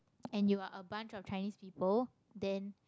and you are a bunch of Chinese people then